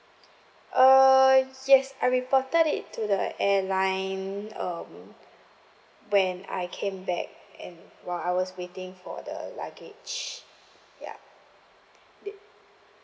err yes I reported it to the airline um when I came back and while I was waiting for the luggage ya they